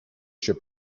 się